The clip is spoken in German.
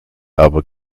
aber